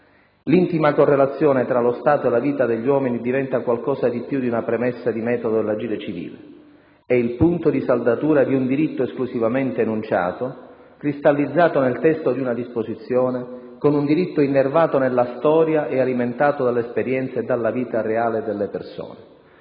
L'intima correlazione tra lo Stato e la vita degli uomini diventa qualcosa di più di una premessa di metodo dell'agire civile: è il punto di saldatura di un diritto esclusivamente enunciato, cristallizzato nel testo di una disposizione, con un diritto innervato nella storia e alimentato dall'esperienza e dalla vita reale delle persone.